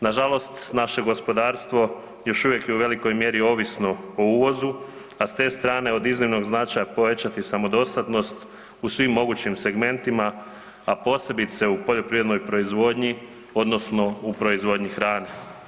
Nažalost naše gospodarstvo je još uvijek u velikoj mjeri ovisno o uvozu, a s te strane od iznimnog značaja povećati samodostatnost u svim mogućim segmentima, a posebice u poljoprivrednoj proizvodnji odnosno u proizvodnji hrane.